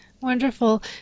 Wonderful